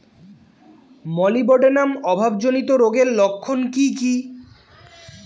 Molybdenum অভাবজনিত রোগের লক্ষণ কি কি?